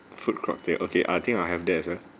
fruit cocktail okay uh I think I'll have that as well